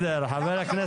למה לא?